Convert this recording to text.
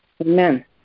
Amen